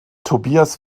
tobias